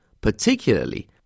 particularly